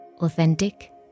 authentic